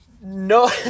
no